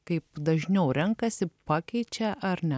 kaip dažniau renkasi pakeičia ar ne